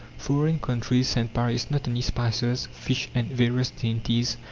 foreign countries send paris not only spices, fish, and various dainties,